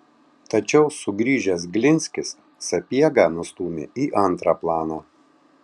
tačiau sugrįžęs glinskis sapiegą nustūmė į antrą planą